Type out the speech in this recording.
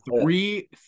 three